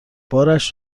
بارش